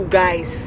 guys